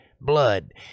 blood